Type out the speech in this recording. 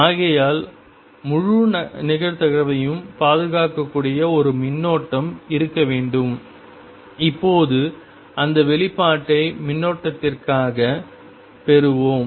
ஆகையால் முழு நிகழ்தகவையும் பாதுகாக்கக்கூடிய ஒரு மின்னோட்டம் இருக்க வேண்டும் இப்போது அந்த வெளிப்பாட்டை மின்னோட்டத்திற்காகப் பெறுவோம்